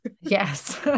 Yes